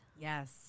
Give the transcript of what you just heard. Yes